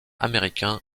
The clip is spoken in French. américain